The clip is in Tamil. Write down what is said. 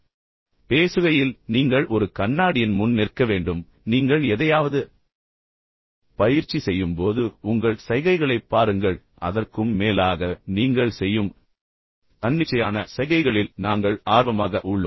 வெறுமனே பேசுகையில் நீங்கள் ஒரு கண்ணாடியின் முன் நிற்க வேண்டும் நீங்கள் எதையாவது பயிற்சி செய்யும்போது உங்கள் சைகைகளைப் பாருங்கள் ஆனால் அதற்கும் மேலாக நீங்கள் செய்யும் தன்னிச்சையான சைகைகளில் நாங்கள் ஆர்வமாக உள்ளோம்